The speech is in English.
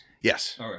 Yes